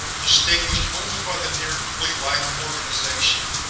distinguished only by the near-complete lack of organization.